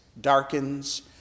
darkens